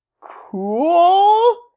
cool